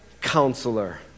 counselor